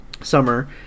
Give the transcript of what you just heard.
summer